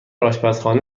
آشپزخانه